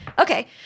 Okay